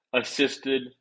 assisted